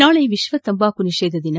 ನಾಳೆ ವಿಶ್ವ ತಂಬಾಕು ನಿಷೇಧ ದಿನ